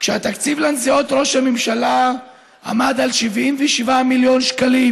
והתקציב לנסיעות ראש הממשלה עמד על 77 מיליון שקלים.